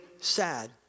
sad